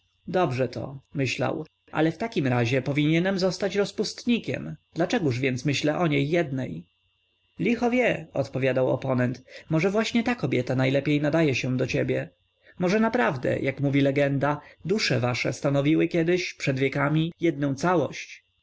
procentem dobrzeto myślał ale w takim razie powinienem zostać rozpustnikiem dlaczegóż więc myślę o niej jednej licho wie odpowiadał oponent może właśnie ta kobieta najlepiej nadaje się do ciebie może naprawdę jak mówi legienda dusze wasze stanowiły kiedyś przed wiekami jednę całość